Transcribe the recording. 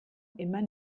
immer